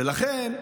ולכן,